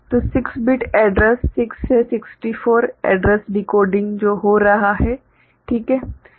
तो 6 bit address 6 से 64 address decoding जो हो रहा है ठीक है